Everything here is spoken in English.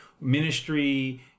ministry